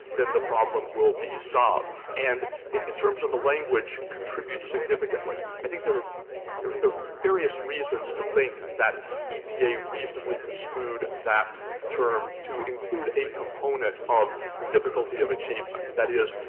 then the problem will be solved. and in in terms of the language contribute significantly, i think there are there there are various reasons to think that epa reasonably construed that term to include a component of difficulty of achievement. that is,